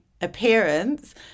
appearance